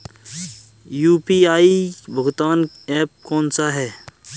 UPI भुगतान app कौन सा है?